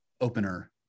opener